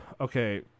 okay